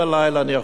אני יכול להעיד,